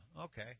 Okay